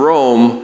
Rome